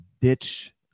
ditch